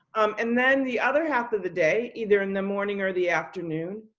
and then the other half of the day, either in the morning or the afternoon,